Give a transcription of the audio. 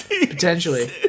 Potentially